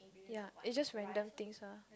ya is just random things ah